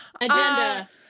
agenda